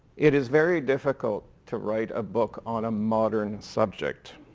it is very difficult to write a book on a modern subject.